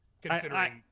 Considering